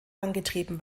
angetrieben